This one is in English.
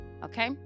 Okay